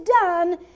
done